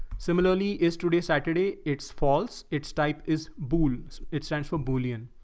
similarly is today, saturday it's false it's type is boone's essential bullion.